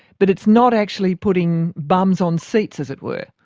but it's not actually putting bums on seats, as it were.